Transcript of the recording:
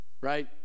right